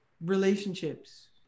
relationships